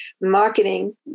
Marketing